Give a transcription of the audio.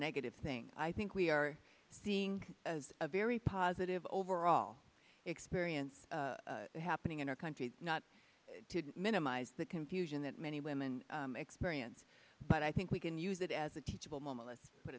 negative thing i think we are seeing as a very positive overall experience happening in our country not to minimize the confusion that many women experience but i think we can use that as a teachable moment to put